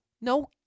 no